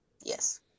Yes